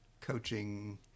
coaching